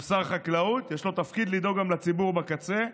הוא שר חקלאות, יש לו תפקיד לדאוג גם לציבור בקצה.